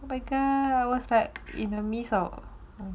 oh my god I was like in a miss